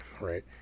Right